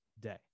day